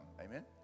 amen